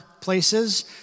places